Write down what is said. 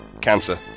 cancer